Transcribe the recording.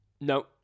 No